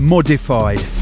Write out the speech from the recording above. Modified